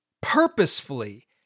purposefully